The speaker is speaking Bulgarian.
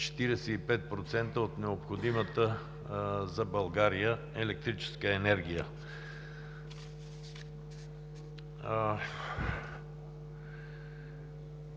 45% от необходимата за България електрическа енергия.